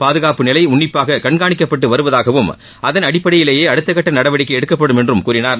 பாதுகாப்பு நிலை உன்னிப்பாக கண்காணிக்கப்பட்டு வருவதாகவும் அதன் அடிப்படையிலேயே அடுத்த கட்ட நடவடிக்கை எடுக்கப்படும் என்றும் கூறினார்